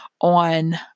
on